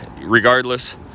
Regardless